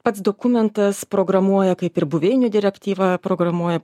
pats dokumentas programuoja kaip ir buveinių direktyva programuoja